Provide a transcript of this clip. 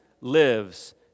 lives